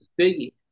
biggie